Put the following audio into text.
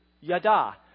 yada